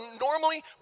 normally